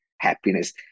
happiness